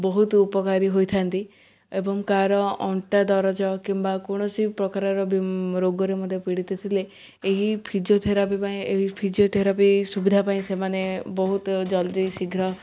ବହୁତ ଉପକାରୀ ହୋଇଥାନ୍ତି ଏବଂ କାହାର ଅଣ୍ଟା ଦରଜ କିମ୍ବା କୌଣସି ପ୍ରକାରର ରୋଗରେ ମଧ୍ୟ ପୀଡ଼ିତ ଥିଲେ ଏହି ଫିଜିଓଥେରାପି ପାଇଁ ଏହି ଫିଜିଓଥେରାପି ସୁବିଧା ପାଇଁ ସେମାନେ ବହୁତ ଜଲ୍ଦି ଶୀଘ୍ର